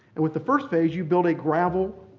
and with the first phase you build a gravel